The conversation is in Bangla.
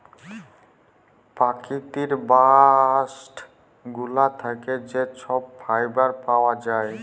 পকিতির বাস্ট গুলা থ্যাকে যা ছব ফাইবার পাউয়া যায়